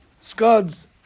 scuds